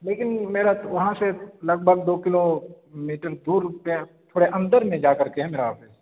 لیکن میرا وہاں سے لگ بھگ دو کلو میٹر دور پہ تھورے اندر میں جا کر کے ہے میرا آفس